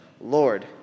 Lord